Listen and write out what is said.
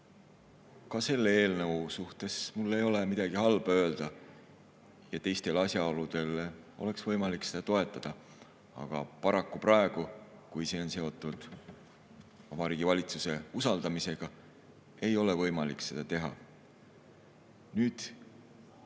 Ka selle eelnõu kohta mul ei ole midagi halba öelda ja teistel asjaoludel oleks võimalik seda toetada, aga paraku praegu, kui see on seotud Vabariigi Valitsuse usaldamisega, ei ole võimalik seda teha. Nüüd,